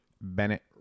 Bennett